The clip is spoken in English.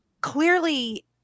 clearly